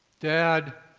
dad,